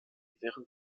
während